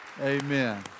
Amen